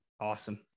Awesome